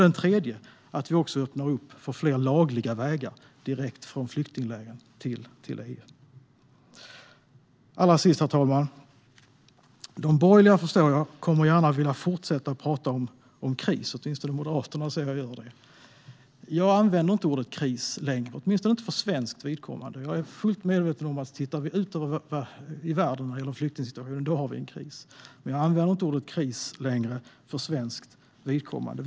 Den tredje är att vi också öppnar för fler lagliga vägar direkt från flyktinglägren till EU. Herr talman! Jag förstår att de borgerliga kommer att vilja fortsätta att prata om kris, åtminstone Moderaterna. Jag använder inte längre ordet kris, åtminstone inte för svenskt vidkommande. Jag är fullt medveten om att vi ser en kris när vi tittar ut i världen när det gäller flyktingsituationen, men jag använder inte längre ordet kris för svenskt vidkommande.